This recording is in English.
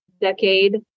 decade